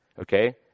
Okay